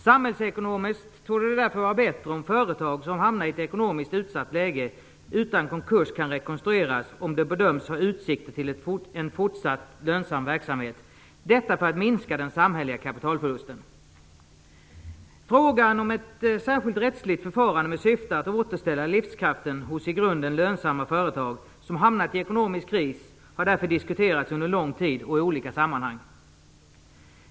Samhällsekonomiskt torde det därför vara bättre om företag som hamnar i ett ekonomiskt utsatt läge kan rekonstrueras utan konkurs om det bedöms ha utsikter till en fortsatt lönsam verksamhet, detta för att minska den samhälleliga kapitalförlusten. Frågan om ett särskilt rättsligt förfarande med syfte att återställa livskraften hos i grunden lönsamma företag som hamnat i ekonomisk kris har därför diskuterats under lång tid och i olika sammanhang.